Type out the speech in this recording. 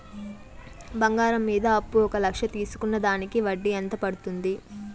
బంగారం మీద అప్పు ఒక లక్ష తీసుకున్న దానికి వడ్డీ ఎంత పడ్తుంది?